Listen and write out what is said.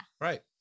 Right